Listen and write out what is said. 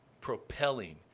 propelling